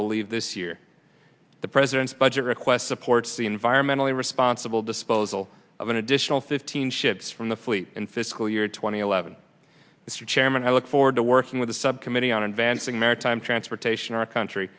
will leave this year the president's budget request supports the environmentally responsible disposal of an additional fifteen ships from the fleet in fiscal year two thousand and eleven mr chairman i look forward to working with the subcommittee on advancing maritime transportation our country